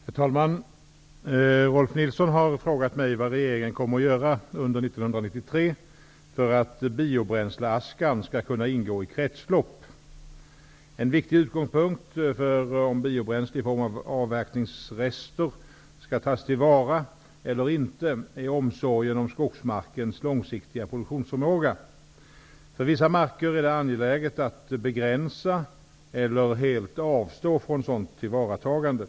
Herr talman! Rolf L Nilson har frågat mig vad regeringen kommer att göra under 1993 för att biobränsleaskan skall kunna ingå i ett kretslopp. En viktig utgångspunkt för om biobränsle i form av avverkningsrester skall tas till vara eller inte är omsorgen om skogsmarkens långsiktiga produktionsförmåga. För vissa marker är det angeläget att begränsa eller helt avstå från sådant tillvaratagande.